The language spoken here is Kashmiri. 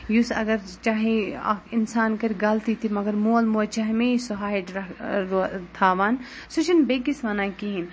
یُس اگر سُہ چاہے اَکھ اِنسان کَرِ غلطی تہِ مگر مول موج چھِ ہمیشہِ سُہ ہایڈ تھاوان سُہ چھِنہٕ بیٚکِس وَنان کِہیٖنۍ